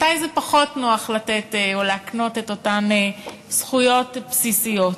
מתי זה פחות נוח לתת או להקנות את אותן זכויות בסיסיות.